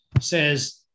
says